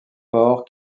port